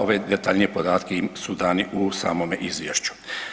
Ovi detaljniji podatci su dani u samome izvješću.